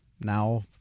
now